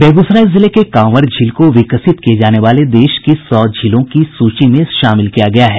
बेगूसराय जिले के कांवर झील को विकसित किये जाने वाले देश की सौ झीलों की सूची में शामिल किया गया है